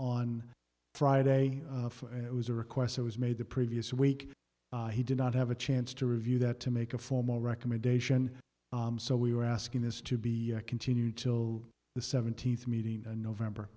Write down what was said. on friday and it was a request that was made the previous week he did not have a chance to review that to make a formal recommendation so we were asking this to be continued till the seventeenth meeting in november